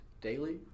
daily